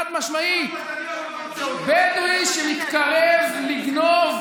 אני אומר חד-משמעית: בדואי שמתקרב לגנוב,